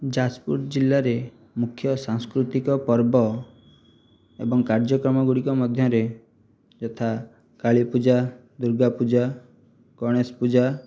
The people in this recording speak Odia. ଯାଜପୁର ଜିଲ୍ଲାରେ ମୁଖ୍ୟ ସାଂସ୍କୃତିକ ପର୍ବ ଏବଂ କାର୍ଯ୍ୟକ୍ରମ ଗୁଡ଼ିକ ମଧ୍ୟରେ ଯଥା କାଳୀ ପୂଜା ଦୁର୍ଗା ପୂଜା ଗଣେଶ ପୂଜା